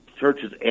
Churches